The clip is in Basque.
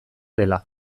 dela